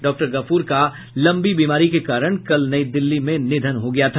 doctor Ghafoor का लंबी बीमारी के कारण कल नई दिल्ली में निधन हो गया था